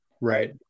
right